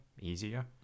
easier